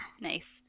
Nice